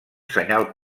senyal